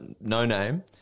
no-name